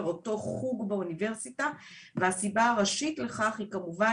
פר אותו החוג באוניברסיטה והסיבה הראשית לכך היא כמובן